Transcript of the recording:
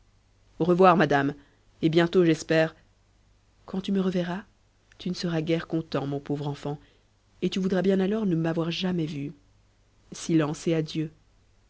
au revoir madame et bientôt j'espère quand tu me reverras tu ne seras guère content mon pauvre enfant et tu voudras bien alors ne m'avoir jamais vue silence et adieu